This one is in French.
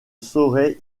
saurais